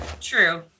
True